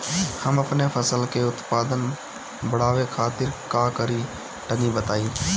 हम अपने फसल के उत्पादन बड़ावे खातिर का करी टनी बताई?